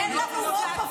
מתאים לי.